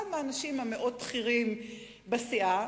אחד האנשים הבכירים מאוד בסיעה,